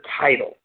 title